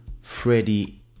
Freddie